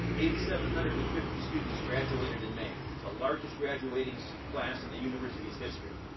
eighty-seven hundred and fifty students graduated in may, the largest graduating so class in the university's history.